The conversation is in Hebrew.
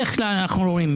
יש כלי שנקרא שאילתות,